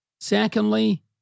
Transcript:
secondly